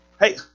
Hey